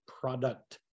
product